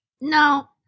No